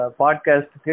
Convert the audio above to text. podcast